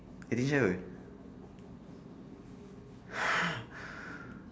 additional